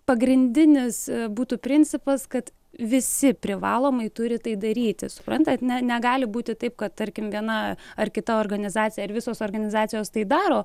pagrindinis būtų principas kad visi privalomai turi tai daryti suprantat ne negali būti taip kad tarkim viena ar kita organizacija ar visos organizacijos tai daro